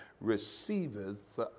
receiveth